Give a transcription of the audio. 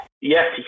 yes